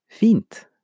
Fint